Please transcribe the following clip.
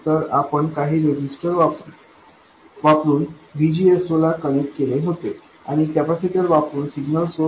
तर आपण काही रेझिस्टर वापरून VGS0 ला कनेक्ट केले होते आणि कॅपेसिटर वापरून सिग्नल सोर्स